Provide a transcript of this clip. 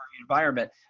environment